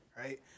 right